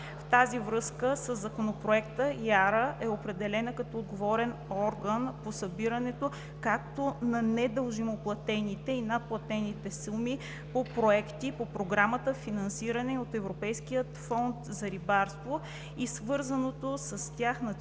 В тази връзка, със Законопроекта ИАРА е определена като отговорен орган по събирането както на недължимо платените и надплатените суми по проекти по програмата, финансирани от Европейския фонд за рибарство и свързаното с тях